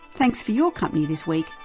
thanks for your company this week,